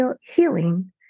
healing